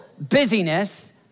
busyness